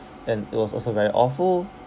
and it was also very awful